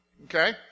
Okay